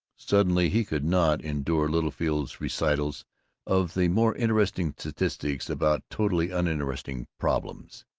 suddenly he could not endure littlefield's recitals of the more interesting statistics about totally uninteresting problems.